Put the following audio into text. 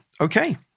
Okay